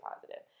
positive